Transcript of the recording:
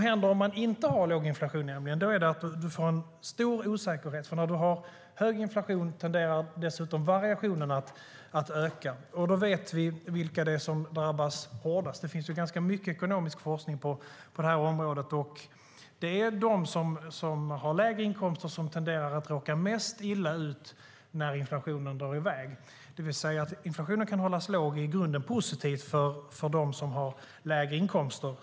Har vi inte låg inflation får vi en stor osäkerhet. Vid hög inflation tenderar variationerna att öka. Då vet vi vilka som drabbas hårdast. Det finns mycket ekonomisk forskning på detta område, och de som har låg inkomst tenderar att råka mest illa ut när inflationen drar i väg. Att inflationen kan hållas låg är alltså i grunden positiv för dem som har lägre inkomster.